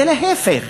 זה להפך.